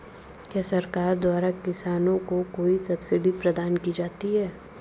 क्या सरकार द्वारा किसानों को कोई सब्सिडी प्रदान की जाती है?